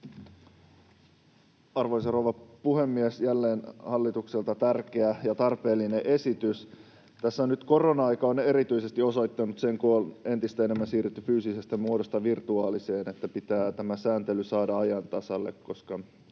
Arvoisa rouva puhemies! Jälleen hallitukselta tärkeä ja tarpeellinen esitys. Tässä nyt korona-aika on erityisesti osoittanut sen, kun on entistä enemmän siirrytty fyysisestä muodosta virtuaaliseen, että pitää tämä sääntely saada ajan tasalle, koska